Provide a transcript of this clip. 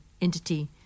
entity